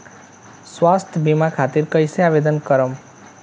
स्वास्थ्य बीमा खातिर कईसे आवेदन करम?